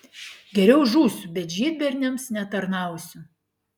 geriau žūsiu bet žydberniams netarnausiu